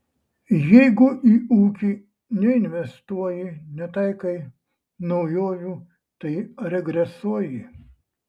jeigu į ūkį neinvestuoji netaikai naujovių tai regresuoji